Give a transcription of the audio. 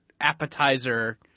appetizer